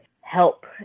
Help